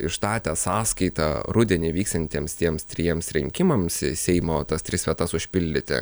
ištatė sąskaitą rudenį vyksiantiems tiems trijiems rinkimams seimo tas tris vietas užpildyti